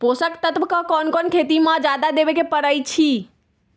पोषक तत्व क कौन कौन खेती म जादा देवे क परईछी?